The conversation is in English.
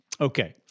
Okay